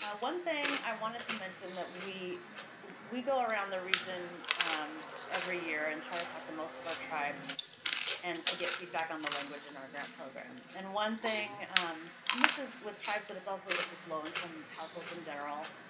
one thing i wanted to mention that we we go around the region every year and try to talk to most of our tribes and to get feedback on the language in our grant program. and one thing and this is with tribes but it's also with just low-income households in general,